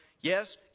yes